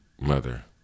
mother